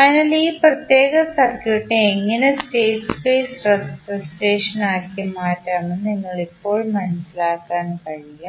അതിനാൽ ഈ പ്രത്യേക സർക്യൂട്ടിനെ എങ്ങനെ സ്റ്റേറ്റ് സ്പേസ് റിപ്രസെന്റേഷൻ ആക്കി മാറ്റാമെന്ന് നിങ്ങൾക്ക് ഇപ്പോൾ മനസിലാക്കാൻ കഴിയും